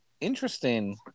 interesting